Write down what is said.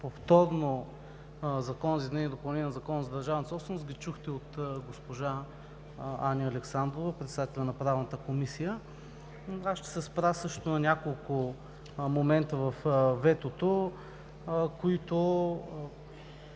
на Закона за държавната собственост ги чухте от госпожа Анна Александрова – председател на Правната комисия. Аз ще се спра също на няколко момента от ветото, които